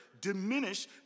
diminish